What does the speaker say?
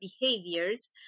behaviors